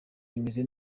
imeze